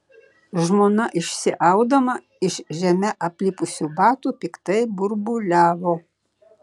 žmona išsiaudama iš žeme aplipusių batų piktai burbuliavo